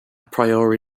priori